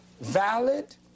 valid